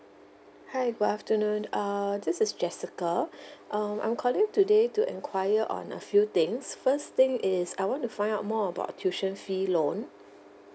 hi good afternoon err this is jessica um I'm calling today to enquire on a few things first thing is I want to find out more about tuition fee loan